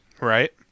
right